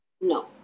No